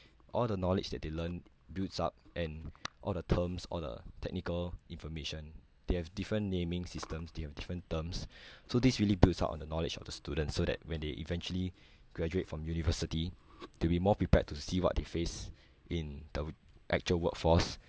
all the knowledge that they learn builds up and all the terms all the technical information they have different naming systems they have different terms so this really builds up on the knowledge of the students so that when they eventually graduate from university they'll be more prepared to see what they face in the actual workforce